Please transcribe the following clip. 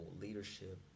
leadership